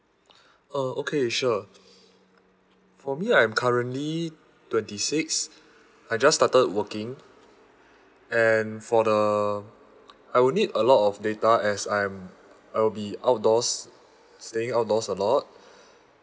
uh okay sure for me I'm currently twenty six I just started working and for the I would need a lot of data as I'm I will be outdoors staying outdoors a lot